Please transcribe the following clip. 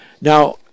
now